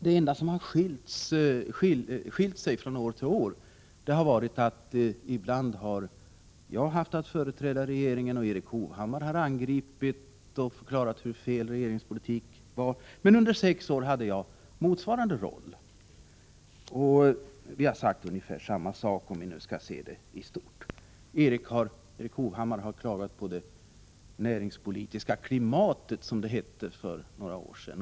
Det enda som har skilt sig från år till år har varit att ibland har jag haft att företräda regeringen medan Erik Hovhammar har angripit regeringspolitiken och förklarat hur fel den var, men under sex år hade jag motsvarande roll. Vi har sagt ungefär samma sak, om vi nu skall se det i stort. Erik Hovhammar har klagat på det näringspolitiska klimatet, som det hette för några år sedan.